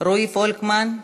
רועי פולקמן,